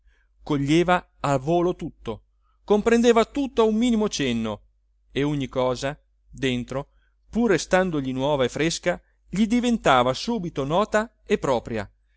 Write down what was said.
coglieva a volo tutto comprendeva tutto a un minimo cenno e ogni cosa dentro pur restandogli nuova e fresca gli diventava subito nota e propria